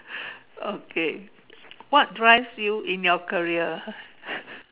okay what drives you in your career